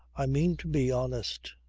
i mean to be honest.